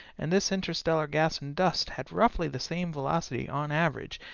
and this interstellar gas and dust had roughly the same velocity, on average,